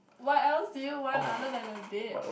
what else do you want other than a bed